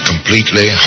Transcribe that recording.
Completely